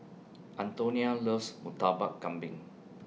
Antonina loves Murtabak Kambing